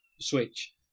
switch